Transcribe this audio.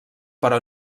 però